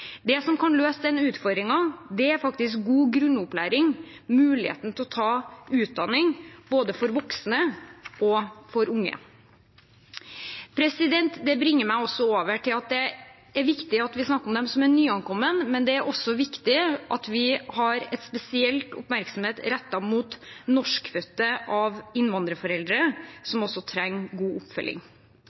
Det som kan løse denne utfordringen, er god grunnopplæring, muligheten til å ta utdanning både for voksne og for unge. Det bringer meg over til at det er viktig at vi snakker om dem som er nyankomne, men det er også viktig at vi har en spesiell oppmerksomhet rettet mot norskfødte av innvandrerforeldre som også trenger god oppfølging.